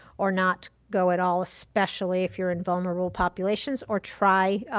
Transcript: or not go at all, especially if you're in vulnerable populations or try,